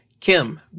Kim